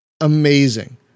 Amazing